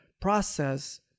process